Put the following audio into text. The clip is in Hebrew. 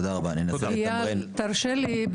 תרשה לי,